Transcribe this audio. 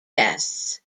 tests